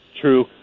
True